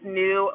new